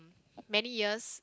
many years